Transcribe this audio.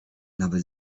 nawet